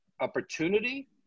opportunity